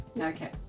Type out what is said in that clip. Okay